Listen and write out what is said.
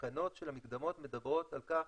התקנות של המקדמות מדברות על כך